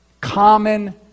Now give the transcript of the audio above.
common